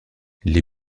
les